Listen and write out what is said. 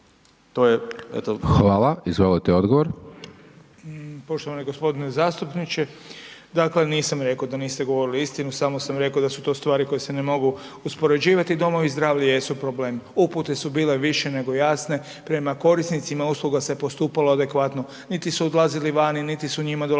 Hvala. Izvolite odgovor.